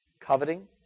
Coveting